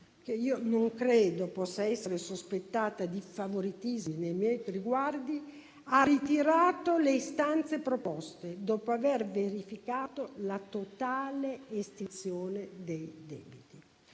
che non credo possa essere sospettata di favoritismi nei miei riguardi, ha ritirato le istanze proposte, dopo aver verificato la totale estinzione dei debiti.